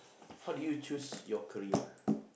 how do you choose your career